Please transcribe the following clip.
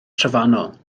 trofannol